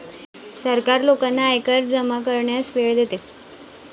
सरकार लोकांना आयकर जमा करण्यास वेळ देते